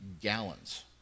gallons